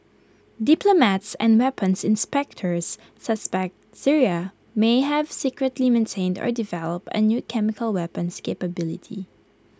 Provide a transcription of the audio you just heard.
diplomats and weapons inspectors suspect Syria may have secretly maintained or developed A new chemical weapons capability